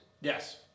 Yes